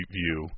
view